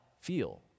feel